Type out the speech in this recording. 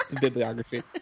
Bibliography